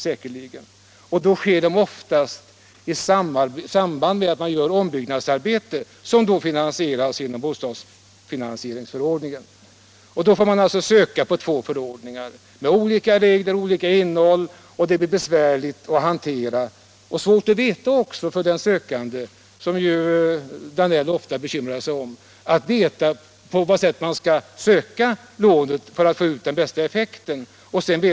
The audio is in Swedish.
Åtgärderna vidtas då oftast i samband med ombyggnadsarbeten, som finansieras med lån enligt bostadsfinansieringsförordningen. Då får man alltså söka lån enligt två förordningar med olika regler och olika innehåll. Det blir besvärligt att hantera och svårt för den sökande — som ju herr Danell ofta bekymrar sig om — att veta på vad sätt han skall söka lån för att få ut den bästa effekten.